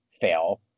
fail